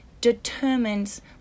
determines